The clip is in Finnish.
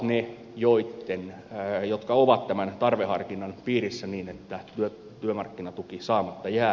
keitä ovat ne jotka ovat tämän tarveharkinnan piirissä niin että työmarkkinatuki saamatta jää